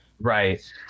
Right